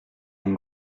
mon